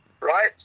right